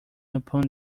upon